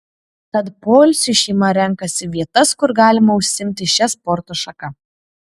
tad poilsiui šeima renkasi vietas kur galima užsiimti šia sporto šaka